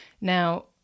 Now